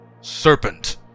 Serpent